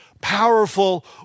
powerful